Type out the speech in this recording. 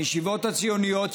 הישיבות הציוניות,